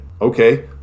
Okay